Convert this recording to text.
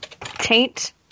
taint